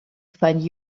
find